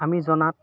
আমি জনাত